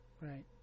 Right